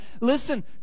Listen